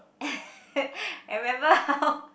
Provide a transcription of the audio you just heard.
I remember how